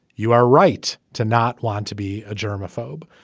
you are right to not want to be a germaphobe.